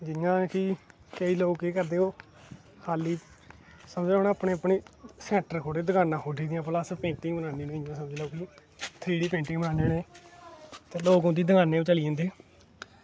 जि'यां केंई लोग केह् करदे समझो अपनें अपनें सैंटर दकानां खोह्ली दियां किअस पेंटिंग बनानें इयां समझी लैओ कि थ्री डी पेंटिंग बनानें नी ते लोग उंदी दकानें पर चली जंदे